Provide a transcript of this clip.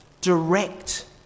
direct